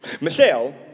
Michelle